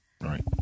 right